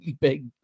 big